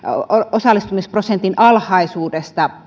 osallistumisprosentin alhaisuudesta